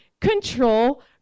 control